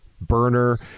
burner